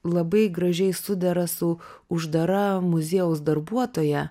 labai gražiai sudera su uždara muziejaus darbuotoja